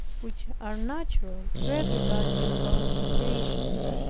which are natural to everybody on those occasions,